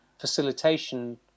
facilitation